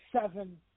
seven